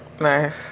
Nice